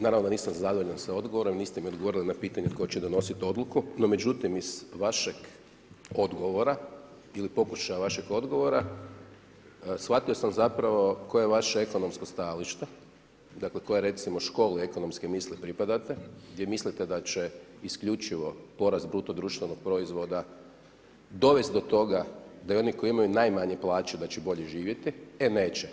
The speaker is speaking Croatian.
Naravno da nisam zadovoljan s odgovorom, jer niste mi odgovorili na pitanje, tko će donositi odluku, no međutim, iz vašeg odgovora, ili pokušaja vašeg odgovora, shvatio sam zapravo, koje je vaše ekonomsko stajališta, dakle, kojoj recimo, škole ekonomske misli pripadate, gdje mislite da će isključivo poraz BDP-a dovesti do toga da oni koji imaju najmanje plaće, da će bolje živjeti, e neće.